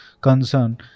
concern